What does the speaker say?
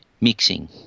mixing